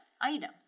item